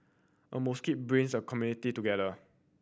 a mosque brings a community together